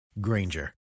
Granger